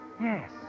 yes